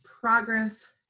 progress